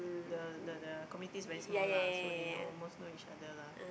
the the the committee's very small lah so they know almost know each other lah